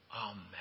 Amen